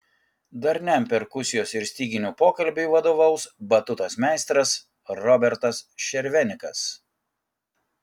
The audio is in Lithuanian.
darniam perkusijos ir styginių pokalbiui vadovaus batutos meistras robertas šervenikas